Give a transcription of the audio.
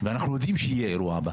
ואנחנו יודעים שיהיה האירוע הבא.